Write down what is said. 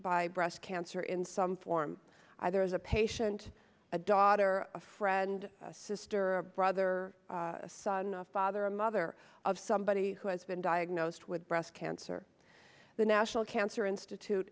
by breast cancer in some form either as a patient a daughter a friend sister a brother a son a father a mother of somebody who has been diagnosed with breast cancer the national cancer institute